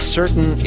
certain